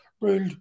ruled